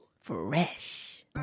Fresh